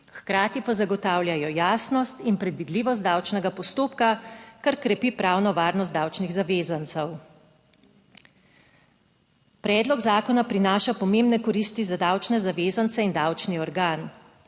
hkrati pa zagotavljajo jasnost in predvidljivost davčnega postopka, kar krepi pravno varnost davčnih zavezancev. Predlog zakona prinaša pomembne koristi za davčne zavezance in davčni organ;